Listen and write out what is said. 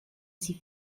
sie